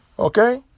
Okay